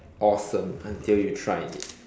awesome until you tried it